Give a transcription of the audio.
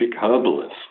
herbalist